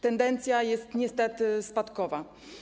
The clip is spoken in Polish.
Tendencja jest niestety spadkowa.